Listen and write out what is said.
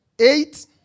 eight